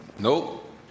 Nope